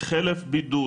חלף בידוד,